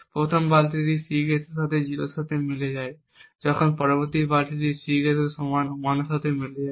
প্রথম বালতিটি Cguess এর সাথে 0 এর সাথে মিলে যায় যখন পরবর্তী বালতিটি Cguess সমান 1 এর সাথে মিলে যায়